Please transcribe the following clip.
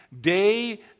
Day